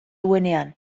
duenean